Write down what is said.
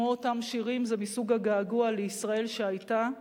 כמו אותם שירים, זה מסוג הגעגוע לישראל שהיתה,